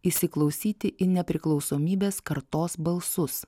įsiklausyti į nepriklausomybės kartos balsus